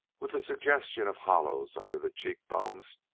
with the suggestion of hollows under the cheek-bones,